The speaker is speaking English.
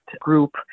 group